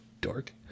Dork